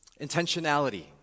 intentionality